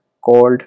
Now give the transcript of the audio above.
called